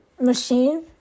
Machine